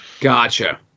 Gotcha